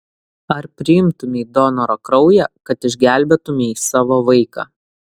ar priimtumei donoro kraują kad išgelbėtumei savo vaiką